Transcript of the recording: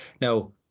Now